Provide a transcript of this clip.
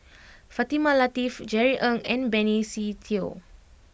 Fatimah Lateef Jerry Ng and Benny Se Teo